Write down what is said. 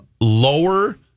lower